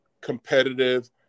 competitive